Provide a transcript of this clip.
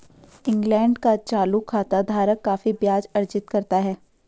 England का चालू खाता धारक काफी ब्याज अर्जित करता है